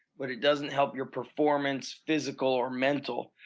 but it doesn't help your performance physical or mental.